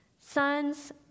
sons